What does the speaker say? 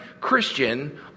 Christian